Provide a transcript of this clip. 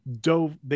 dove